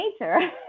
nature